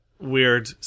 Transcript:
weird